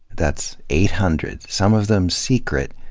that's eight hundred, some of them secret,